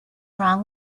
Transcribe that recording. wrong